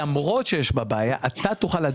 הם יכולים